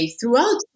throughout